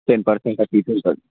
ten percent అటు ఇటు ఉంటుంది